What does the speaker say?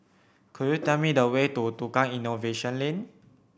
could you tell me the way to Tukang Innovation Lane